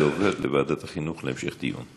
זה עובר לוועדת חינוך להמשך דיון.